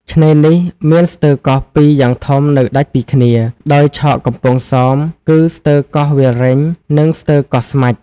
ឆ្នេរនេះ មានស្ទើរកោះពីរយ៉ាងធំនៅដាច់ពីគ្នា ដោយឆកកំពង់សោមគឺ ស្ទើរកោះវាលរេញ និងស្ទើរកោះស្មាច់ ។